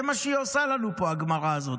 זה מה שהיא עושה לנו פה, הגמרא הזאת.